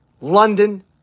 London